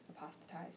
apostatized